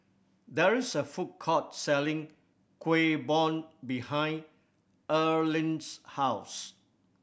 there is a food court selling Kuih Bom behind Earlene's house